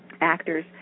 actors